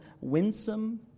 winsome